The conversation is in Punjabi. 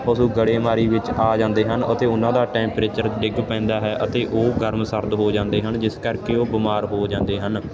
ਪਸ਼ੂ ਗੜੇਮਾਰੀ ਵਿੱਚ ਆ ਜਾਂਦੇ ਹਨ ਅਤੇ ਉਹਨਾਂ ਦਾ ਟੈਂਪਰੇਚਰ ਡਿੱਗ ਪੈਂਦਾ ਹੈ ਅਤੇ ਉਹ ਗਰਮ ਸਰਦ ਹੋ ਜਾਂਦੇ ਹਨ ਜਿਸ ਕਰਕੇ ਉਹ ਬਿਮਾਰ ਹੋ ਜਾਂਦੇ ਹਨ